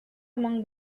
among